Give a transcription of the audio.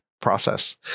Process